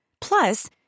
Plus